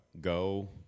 go